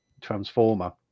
transformer